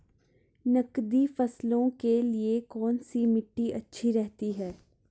नकदी फसलों के लिए कौन सी मिट्टी अच्छी रहती है?